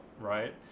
right